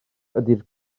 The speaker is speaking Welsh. ydy